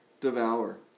devour